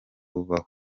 babaho